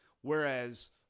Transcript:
whereas